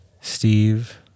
Steve